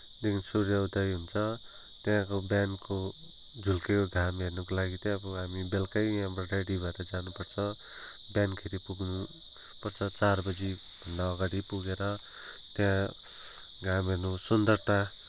दिन सूर्योदय हुन्छ त्यहाँको बिहानको झुल्केको घाम हेर्नको लागि चाहिँ अब हामी बेलुकै यहाँबाट रेडी भएर जानपर्छ बिहानखेरि पुग्नुपर्छ चारबजीभन्दा अगाडि पुगेर त्यहाँ घाम हेर्न सुन्दरता